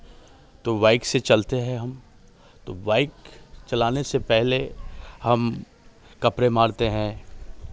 तो बाइक से चलते हैं हम तो बाइक चलाने से पहले हम कपड़े मारते हैं